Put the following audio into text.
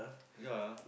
yea